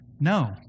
No